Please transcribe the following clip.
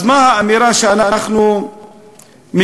אז מה האמירה שאנחנו מקבלים?